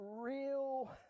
real